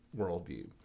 worldview